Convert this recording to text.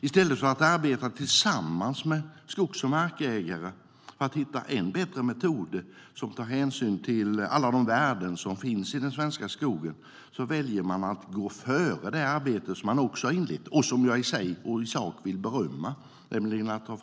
I stället för att arbeta tillsammans med skogs och markägare för att hitta än bättre metoder att ta hänsyn till alla de värden som finns i den svenska skogen väljer man att gå före det arbete som man har inlett, nämligen att ta fram en gemensam skoglig strategi för vårt land.